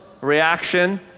reaction